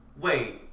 Wait